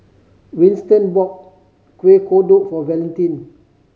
Winston bought Kueh Kodok for Valentin